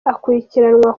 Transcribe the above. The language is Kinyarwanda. akurikiranwa